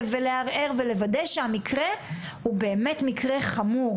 ולערער ולוודא שהמקרה הוא באמת מקרה חמור,